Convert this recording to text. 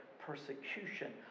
persecution